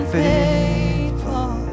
faithful